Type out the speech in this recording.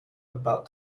about